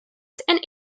and